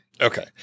Okay